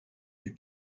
you